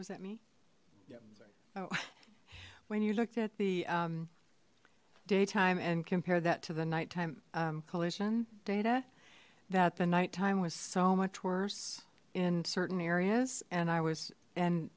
sorry oh when you looked at the um daytime and compare that to the nighttime collision data that the night time was so much worse in certain areas and i was and